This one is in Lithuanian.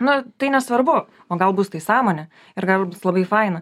nu tai nesvarbu o gal bus tai sąmonė ir gal labai faina